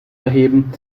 erheben